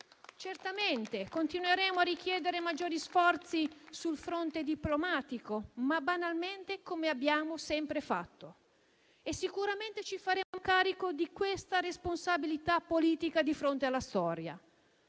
Certamente continueremo a richiedere maggiori sforzi sul fronte diplomatico, banalmente come abbiamo sempre fatto, e sicuramente ci faremo carico di questa responsabilità politica di fronte alla storia.